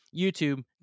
YouTube